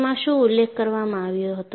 તેમાં શું ઉલ્લેખ કરવામાં આવ્યો હતો